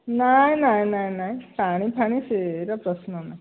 ନାଇଁ ନାଇଁ ନାଇଁ ନାଇଁ ପାଣି ଫାଣି ସେଗୁଡା ପ୍ରଶ୍ନ ନାହିଁ